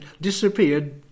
disappeared